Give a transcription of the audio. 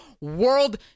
world